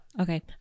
okay